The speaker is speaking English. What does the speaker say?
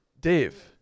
Dave